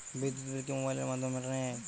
বিদ্যুৎ বিল কি মোবাইলের মাধ্যমে মেটানো য়ায়?